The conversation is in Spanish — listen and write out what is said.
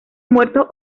muertos